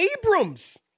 Abrams